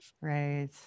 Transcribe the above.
Right